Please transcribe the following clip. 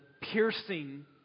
piercing